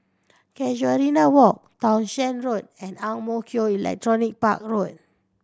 Casuarina Walk Townshend Road and Ang Mo Kio Electronics Park Road